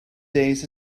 days